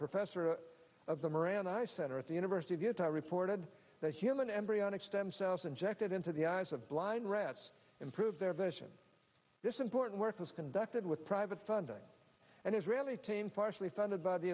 professor of the moran i center at the university of utah reported that human embryonic stem cells injected into the eyes of blind rats improve their vision this important work was conducted with private funding and israeli team partially funded by the